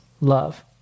love